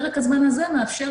פרק הזמן הזה מאפשר,